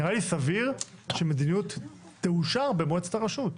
נראה לי סביר שמדיניות תאושר במועצת הרשות.